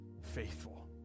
faithful